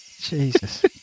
Jesus